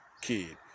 kid